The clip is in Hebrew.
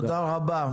תודה רבה.